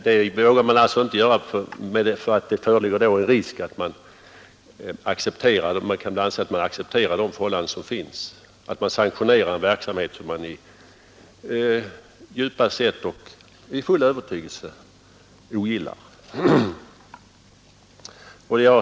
Man vågar inte göra det därför att det föreligger risk för att man då kan anses acceptera de förhållanden som finns och sanktionera en verksamhet som man djupast sett och av full övertygelse ogillar.